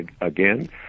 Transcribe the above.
again